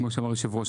כמו שאמר יושב הראש,